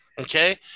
Okay